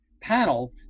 panel